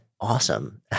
awesome